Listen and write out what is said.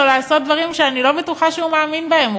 לעשות דברים שאני לא בטוחה שהוא מאמין בהם,